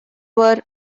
were